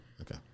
Okay